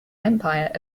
empire